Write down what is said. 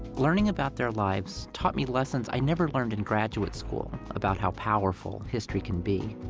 learning about their lives taught me lessons i never learned in graduate school about how powerful history can be.